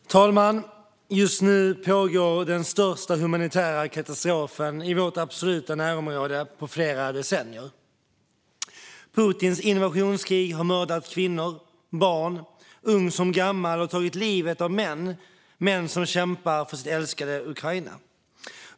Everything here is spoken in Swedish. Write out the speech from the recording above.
Fru talman! Just nu pågår den största humanitära katastrofen i vårt absoluta närområde på flera decennier. Putins invasionskrig har mördat kvinnor, barn, ung som gammal, och tagit livet av män som kämpar för sitt älskade Ukraina.